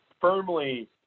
firmly